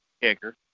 Kicker